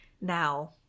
Now